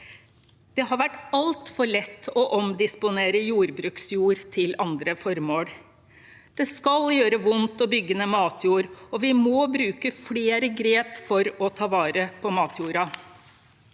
Det har vært altfor lett å omdisponere jordbruksjord til andre formål. Det skal gjøre vondt å bygge ned matjord, og vi må bruke flere grep for å ta vare på matjorden.